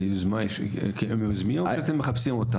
אתם מחפשים אותם?